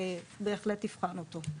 בהחלט תבחן אותו.